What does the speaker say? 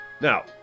Now